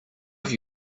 have